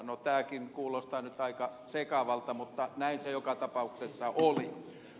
no tämäkin kuulostaa nyt aika sekavalta mutta näin se joka tapauksessa oli